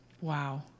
Wow